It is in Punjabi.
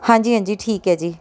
ਹਾਂਜੀ ਹਾਂਜੀ ਠੀਕ ਹੈ ਜੀ